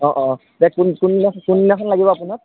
অঁ অঁ তে কোন কোন দিনাখন কোন দিনাখন লাগিব আপোনাক